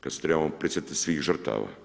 Kada se trebamo prisjetiti svih žrtava.